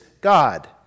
God